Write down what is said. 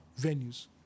venues